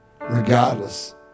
regardless